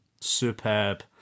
Superb